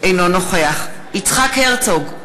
אינו נוכח יצחק הרצוג,